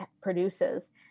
produces